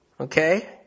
Okay